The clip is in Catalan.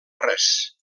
res